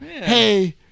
Hey